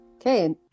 Okay